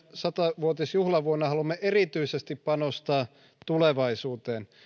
satavuotisjuhlavuonna haluamme erityisesti panostaa tulevaisuuteen